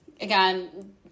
Again